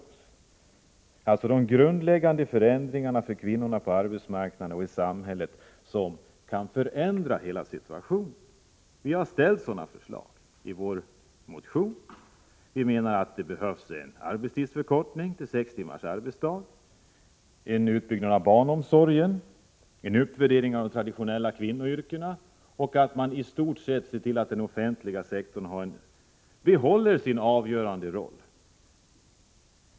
Propositionen saknar förslag som på ett grundläggande sätt kan förändra kvinnornas situation på arbetsmarknaden och i samhället. Vi har framställt sådana förslag i vår motion. Vi anser t.ex. att det behövs en förkortning av arbetstiden till sex timmars arbetsdag, en utbyggnad av barnomsorgen och en uppvärdering av de traditionella kvinnoyrkena. Vidare måste man se till att den offentliga sektorns avgörande roll i sammanhanget bibehålls.